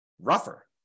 rougher